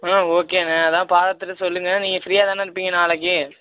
ஆ okay அண்ணன் அதுதான் பார்த்துட்டு சொல்லுங்க நீங்கள் ஃப்ரீயாக தானே இருப்பீங்க நாளைக்கு